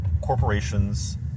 corporations